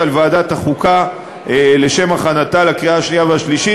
לוועדת החוקה לשם הכנתה לקריאה שנייה ושלישית.